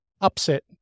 upset